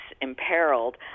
imperiled